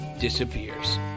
disappears